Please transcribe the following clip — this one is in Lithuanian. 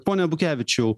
pone abukevičiau